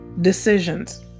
Decisions